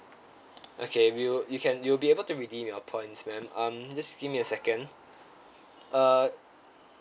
okay we'll you can you'll be able to redeem your points ma'am um just give me a second uh